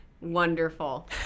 Wonderful